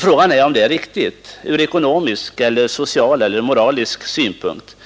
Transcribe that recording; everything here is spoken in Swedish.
Frågan är om detta är riktigt från ekonomisk, social eller moralisk synpunkt.